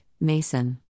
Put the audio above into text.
Mason